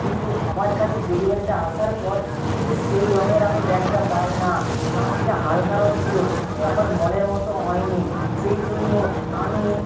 কিন্তু আমার কাছে ডেলিভারিটা আসার পর কিন্তু সেই রঙের আমি ব্যাগটা পাই না তার থেকে হালকা রং ছিলো তাই আমার মনের মতো হয় নি সেই জন্য আমি